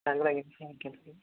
താങ്കളെ എങ്ങനെയാണ് സഹായിക്കേണ്ടത്